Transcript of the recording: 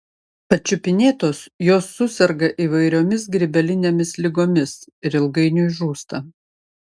pačiupinėtos jos suserga įvairiomis grybelinėmis ligomis ir ilgainiui žūsta